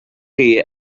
chi